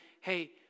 hey